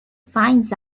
finds